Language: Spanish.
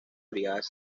brigadas